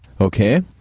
Okay